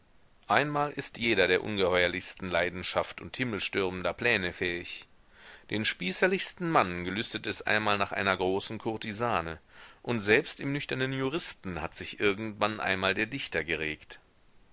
einmal ist jeder der ungeheuerlichsten leidenschaft und himmelstürmender pläne fähig den spießerlichsten mann gelüstet es einmal nach einer großen kurtisane und selbst im nüchternen juristen hat sich irgendwann einmal der dichter geregt